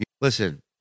Listen